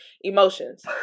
emotions